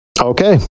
Okay